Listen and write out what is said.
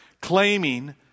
claiming